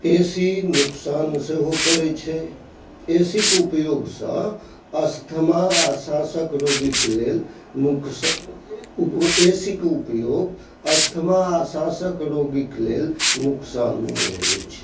ए C नुकसान सेहो करै छै ए सी के उपयोगसँ अस्थमा आओर साँसके रोगीके लेल नुकसा ए सी के उपयोग अस्थमा आओर साँसके रोगीके लेल नुकसानदेह होइ छै